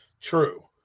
True